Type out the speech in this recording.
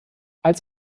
als